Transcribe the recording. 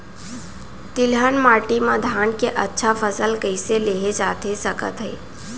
तिलहन माटी मा धान के अच्छा फसल कइसे लेहे जाथे सकत हे?